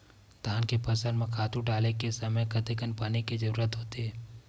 धान के फसल म खातु डाले के समय कतेकन पानी के जरूरत होथे?